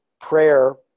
prayer